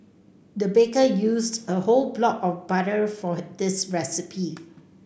the baker used a whole block of butter for this recipe